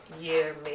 year